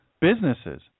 businesses